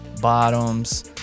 bottoms